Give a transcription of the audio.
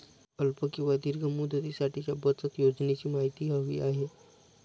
अल्प किंवा दीर्घ मुदतीसाठीच्या बचत योजनेची माहिती हवी आहे